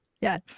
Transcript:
Yes